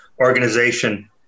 organization